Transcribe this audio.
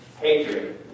hatred